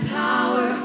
power